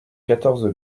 quatorze